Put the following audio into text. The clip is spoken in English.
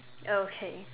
okay